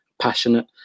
passionate